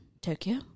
Tokyo